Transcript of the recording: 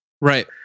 Right